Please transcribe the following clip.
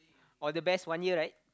all the best one year right